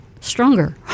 Stronger